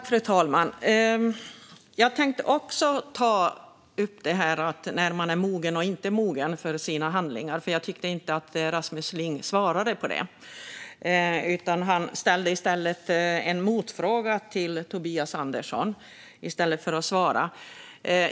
Fru talman! Jag tänkte också ta upp det här med när man är mogen och inte mogen att ta ansvar för sina handlingar. Jag tycker inte att Rasmus Ling svarade på det. I stället för att svara ställde han en motfråga till Tobias Andersson.